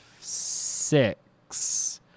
six